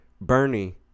Bernie